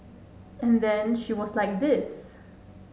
and then she was like this